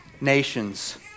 nations